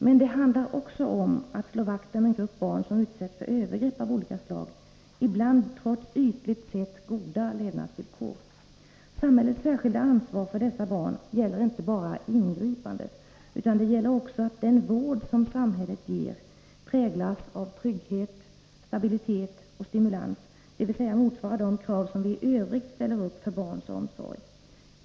Men det handlar också om att slå vakt om en grupp barn som utsätts för övergrepp av olika slag, ibland trots ytligt sett goda levnadsvillkor. Samhällets särskilda ansvar för dessa barn gäller inte bara ingripanden, utan det gäller också att den vård som samhället ger präglas av trygghet, stabilitet och stimulans, dvs. motsvarar de krav som vi i övrigt ställer upp för barns omsorg.